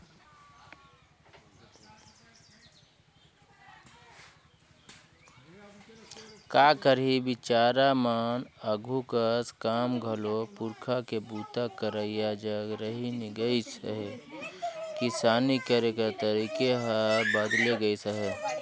का करही बिचारा मन आघु कस काम घलो पूरखा के बूता करइया जग रहि नी गइस अहे, किसानी करे कर तरीके हर बदेल गइस अहे